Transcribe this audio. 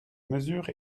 mesure